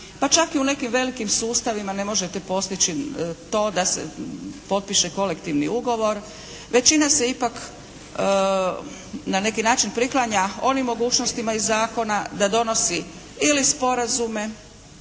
pa čak i u nekim velikim sustavima ne možete postići to da se potpiše kolektivni ugovor. Većina se ipak na neki način priklanja onim mogućnostima iz zakona da donosi ili sporazume,